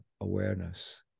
awareness